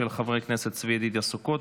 של חברי כנסת צבי ידידיה סוכות,